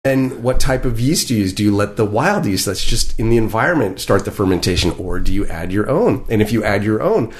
ובאילו שמרים אתה משתמש? אתה נתן לשמרים הפראיים בסביבה להתחיל את הפרמנטציה או אתם מוסיף את שלך ? ואם אתה מוסיף את שלך